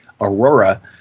Aurora